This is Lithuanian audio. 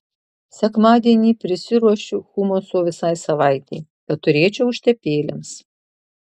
sekmadienį prisiruošiu humuso visai savaitei kad turėčiau užtepėlėms